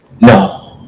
No